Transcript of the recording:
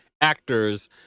actors